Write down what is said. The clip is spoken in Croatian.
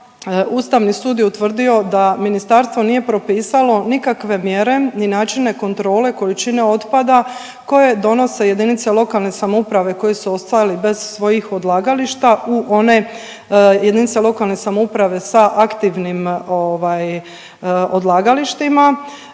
Ustavni sud je utvrdio da ministarstvo nije propisalo nikakve mjere ni načine kontrole količine otpada koje donose jedinice lokalne samouprave koje su ostali bez svojih odlagališta u one jedinice lokalne samouprave sa aktivnim ovaj, odlagalištima,